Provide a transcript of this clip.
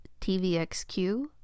tvxq